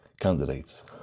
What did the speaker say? candidates